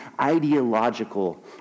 ideological